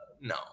No